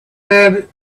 had